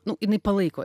nu jinai palaiko